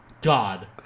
God